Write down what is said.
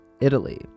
Italy